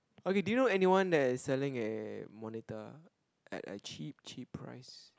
okay do you know anyone that's selling a monitor at a cheap cheap price